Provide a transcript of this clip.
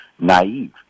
naive